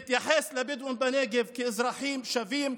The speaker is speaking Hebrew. להתייחס לבדואים בנגב כאזרחים שווים.